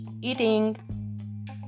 eating